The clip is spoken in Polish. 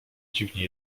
dziwnie